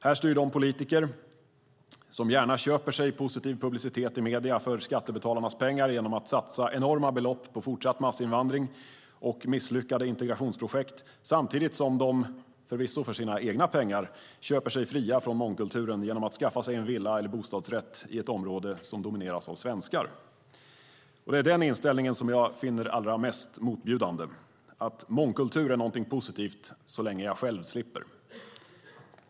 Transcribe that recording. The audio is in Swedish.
Här styr de politiker som gärna köper sig positiv publicitet i medier för skattebetalarnas pengar genom att satsa enorma belopp på fortsatt massinvandring och misslyckade integrationsprojekt, samtidigt som de, förvisso för sina egna pengar, köper sig fria från mångkulturen genom att skaffa sig en villa eller bostadsrätt i ett område som domineras av svenskar. Det är den inställningen som jag finner allra mest motbjudande, att mångkultur är någonting positivt så länge jag själv slipper.